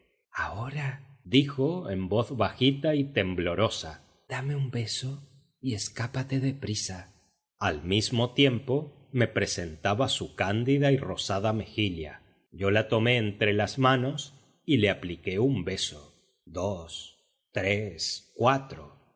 portero ahora dijo en voz bajita y temblorosa dame un beso y escápate de prisa al mismo tiempo me presentaba su cándida y rosada mejilla yo la tomé entre las manos y la apliqué un beso dos tres cuatro todos